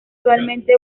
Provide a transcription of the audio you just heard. actualmente